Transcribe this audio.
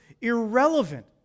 irrelevant